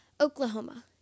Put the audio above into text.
Oklahoma